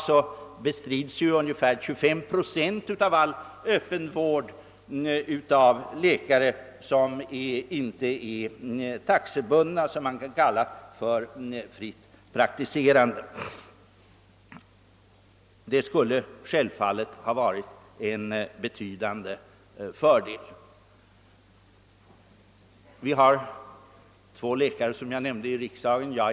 För närvarande ombesörjs ungefär 25 procent av all öppen vård av icke taxebundna, s.k. fritt praktiserande läkare. Det skulle självfallet ha varit en betydande fördel att ha fått en uppgörelse även på detta håll. Det finns, såsom jag nämnt, två läkare bland riksdagens ledamöter.